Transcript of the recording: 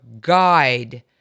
guide